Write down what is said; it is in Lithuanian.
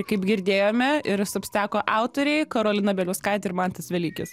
kaip girdėjome ir substeko autoriai karolina bieliauskaitė ir mantas velykis